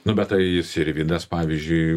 nu bet tai sirvydas pavyzdžiui